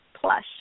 Plush